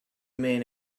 main